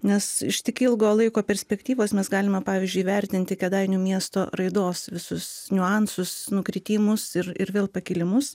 nes iš tik ilgo laiko perspektyvos mes galime pavyzdžiui įvertinti kėdainių miesto raidos visus niuansus nukritimus ir ir vėl pakilimus